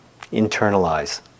internalize